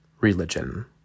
Religion